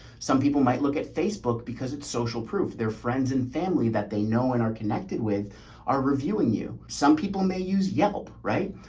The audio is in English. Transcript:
some people might look at facebook because it's social proof. their friends and family that they know and are connected with are reviewing you. some people may use yelp, right?